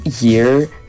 year